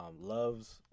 loves